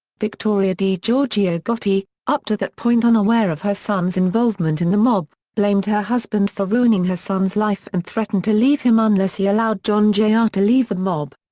victoria digiorgio gotti, up to that point unaware of her son's involvement in the mob, blamed her husband for ruining her son's life and threatened to leave him unless he allowed john jr. ah to leave the mob.